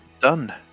done